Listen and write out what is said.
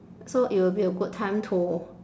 so it will be a good time to